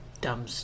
dumb